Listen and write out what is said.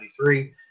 1993